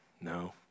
No